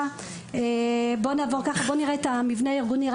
מבנה ארגוני: